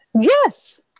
Yes